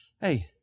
hey